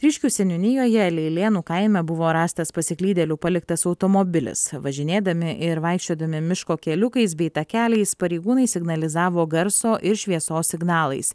tryškių seniūnijoje leilėnų kaime buvo rastas pasiklydėlių paliktas automobilis važinėdami ir vaikščiodami miško keliukais bei takeliais pareigūnai signalizavo garso ir šviesos signalais